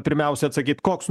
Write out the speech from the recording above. pirmiausia atsakyti koks